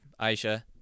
aisha